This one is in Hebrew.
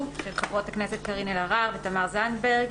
של חברות הכנסת קארין אלהרר ותמר זנדברג.